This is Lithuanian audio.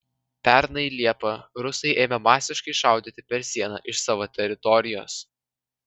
pernai liepą rusai ėmė masiškai šaudyti per sieną iš savo teritorijos